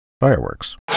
Fireworks